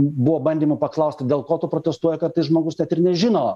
buvo bandymų paklausti dėl ko tu protestuoji kartais žmogus nežino